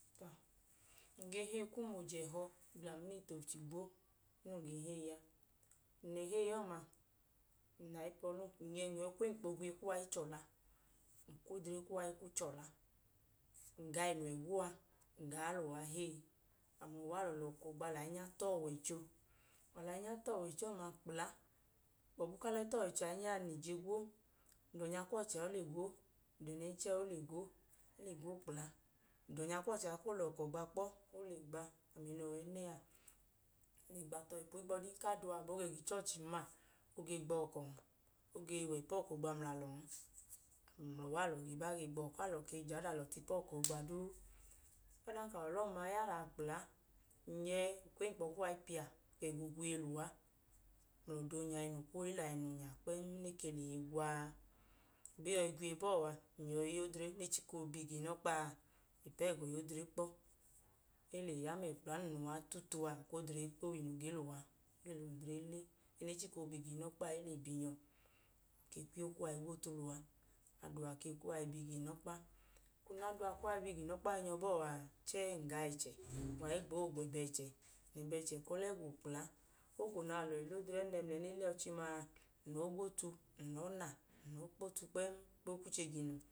Ng ge heyi kum oje ẹhọ gla uminiti ofu chigwo, num ge heyi a. Ng le heyi ọma, ng lẹ ayipẹ ọlum, ng nyẹ ng nyọ i kwu enkpọ oogwiye kuwa i chọla. Ng ga inu ẹga uwa, ng gaa lẹ uwa heyi. Alọ lẹ ọkọ gba lẹ ahinya ta ọwọicho. Alọ lẹ ahinya ta ọwọicho ọma kpla, gbọbu ẹẹ ku alọ ta ọwọicho ahinya a, ng lẹ ije gwo. Ng da ẹnẹnchẹ a o le gwo, ng da ọnyakwọchẹ a o le gwo, e le gwo kpla. Ng da ọnyakwọchẹ a koo lẹ ọkọ gba, o le gba. Ami noo wẹ ẹnẹ a, ng le gba, ohigbu ka ada uwa, aboo ge ga ichọọchin ma, o ge gbọkọn, o ge wẹ ipu ọkọ oogba mla alọnami mla uwa alọ le ba le gba. Alọge je aada alọ ta ipu ọkọ oogba duu. Ọdanka alọ lẹ ọma ya liya kpla, ng nyẹ ng kwu enkpọ kuwa i piya kwu ga ẹga ogwiye lẹ uwa. Ng lẹ ọda onya ayinu kpo wa, e lẹ ayinu nya kpẹẹm. e ke lẹ iye gwa. Abọ e yọi gwiye bọọ a, ng yọi ya odre nẹ e chika oobi ga inọkpa a ipu ẹga olodre kpọ. E le ya mẹ kpla num lẹ uwa tutu a, ng kwu odre i kpo wa inu ge lẹ uwa. E lẹ odre le. Ẹẹ nẹ e chika oobi ga inọkpa a, e le bi nyọ. Ng kwu iyo kuwa i tutu lẹ uwa. Ada uwa ke kwu uwa i bi ga inọkpa. Eko nẹ ada uwa kwu uwa i bi ga inọkpa yọ i nyọ bọọ a, chẹẹ ng ga ẹchẹ, ng wa i gboo gwẹbẹ ẹchẹ. Ng lẹ ẹbẹ ẹchẹ ku ọlẹ gwu kpla. Ogo nẹ alọ le le odre ẹnẹ mla ẹẹ ne le ọchi ma a, ng lọọ gwotu, ng lọọ na, ng lọọ kpo kwuche ga inu